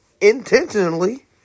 intentionally